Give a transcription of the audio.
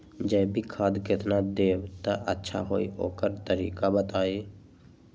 जैविक खाद केतना देब त अच्छा होइ ओकर तरीका बताई?